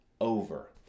over